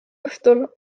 õhtul